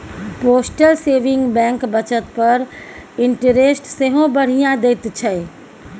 postal saving bank बचत पर interest सेहो बढ़ियाँ दैत छै